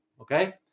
okay